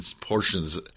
portions